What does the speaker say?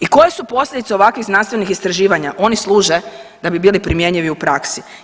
I koje su posljedice ovakvih znanstvenih istraživanja, oni služe da bi bili primjenjivi u praksi.